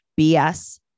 BS